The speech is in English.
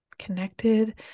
Connected